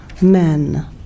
men